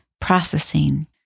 processing